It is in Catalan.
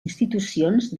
institucions